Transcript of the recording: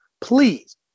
Please